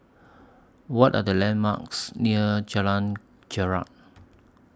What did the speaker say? What Are The landmarks near Jalan Jarak